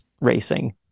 racing